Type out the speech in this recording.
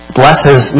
blesses